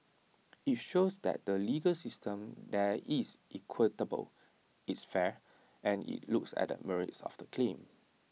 IT shows that the legal system there is equitable it's fair and IT looks at the merits of the claim